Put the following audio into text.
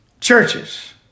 churches